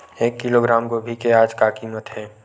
एक किलोग्राम गोभी के आज का कीमत हे?